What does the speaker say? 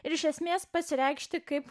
ir iš esmės pasireikšti kaip